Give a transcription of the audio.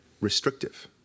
restrictive